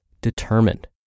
determined